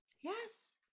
Yes